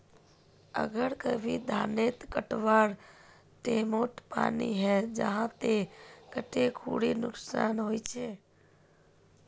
अगर कभी धानेर कटवार टैमोत पानी है जहा ते कते खुरी नुकसान होचए?